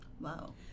Wow